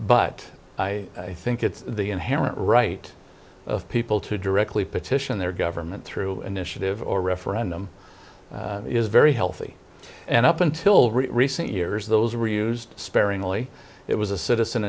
but i think it's the inherent right of people to directly petition their government through initiative or referendum is very healthy and up until recent years those were used sparingly it was a citizen